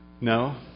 No